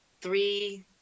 three